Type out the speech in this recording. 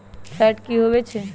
Fat की होवछै?